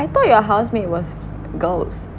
I thought your housemate was girls